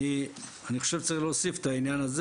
אני חושב שצריך להוסיף את העניין הזה